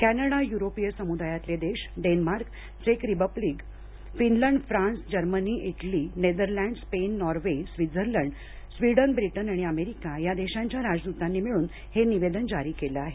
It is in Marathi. कॅनडा युरोपीय समुदायातले देश डेन्मार्क चेक Republic Finland France Germany Italy Netherlands Spain Norway Switzerland Sweden Britain आणि अमेरिका या देशांच्या राजदूतांनी मिळून हे निवेदन जारी केलं आहे